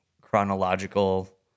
chronological